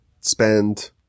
spend